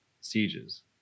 sieges